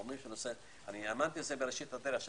אמרתי בראשית הדרך,